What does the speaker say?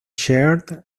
chaired